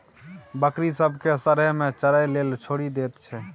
बकरी सब केँ सरेह मे चरय लेल छोड़ि दैत छै